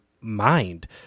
mind